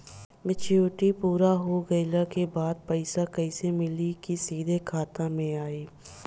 Maturity पूरा हो गइला के बाद पईसा कैश मिली की सीधे खाता में आई?